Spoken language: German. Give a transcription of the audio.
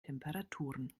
temperaturen